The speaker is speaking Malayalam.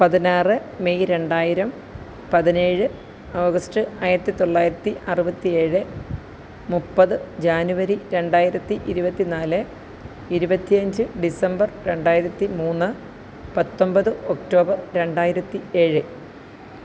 പതിനാറ് മെയ് രണ്ടായിരം പതിനേഴ് ഓഗസ്റ്റ് ആയിരത്തിത്തൊള്ളായിരത്തി അറുപത്തി ഏഴ് മുപ്പത് ജാനുവരി രണ്ടായിരത്തി ഇരുപത്തി നാല് ഇരുവത്തി അഞ്ച് ഡിസമ്പർ രണ്ടായിരത്തി മൂന്ന് പത്തൊമ്പത് ഒക്ടോബർ രണ്ടായിരത്തി ഏഴ്